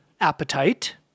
appetite